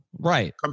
Right